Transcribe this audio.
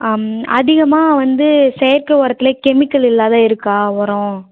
அம் அதிகமாக வந்து செயற்கை உரத்துலே கெமிக்கல் இல்லாத இருக்கா உரோம்